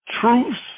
truths